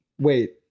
wait